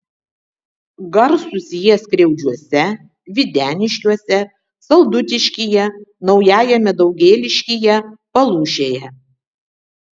garsūs jie skriaudžiuose videniškiuose saldutiškyje naujajame daugėliškyje palūšėje